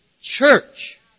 church